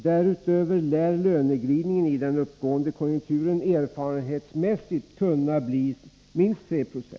Därutöver lär löneglidningen i den uppgående konjunkturen erfarenhetsmässigt kunna bli minst 3 26.